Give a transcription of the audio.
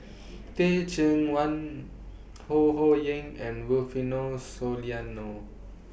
Teh Cheang Wan Ho Ho Ying and Rufino Soliano